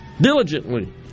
diligently